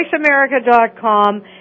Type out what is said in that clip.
voiceamerica.com